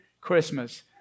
Christmas